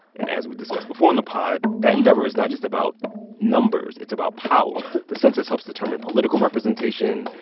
and as we discussed before on the pod, that endeavor is not just about numbers. it's about power. the census helps determine political representation,